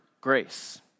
grace